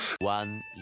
One